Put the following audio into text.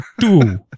two